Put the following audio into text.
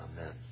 Amen